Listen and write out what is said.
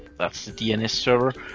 that's the dns server,